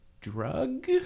drug